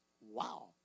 Wow